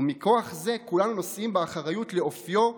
ומכוח זה כולנו נושאים באחריות לאופיו,